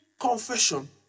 confession